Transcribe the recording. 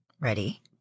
Ready